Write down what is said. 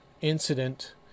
incident